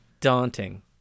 daunting